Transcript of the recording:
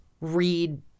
read